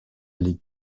les